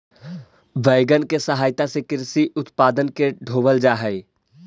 wagon के सहायता से कृषि उत्पादन के ढोवल जा हई